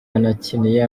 yanakiniye